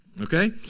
okay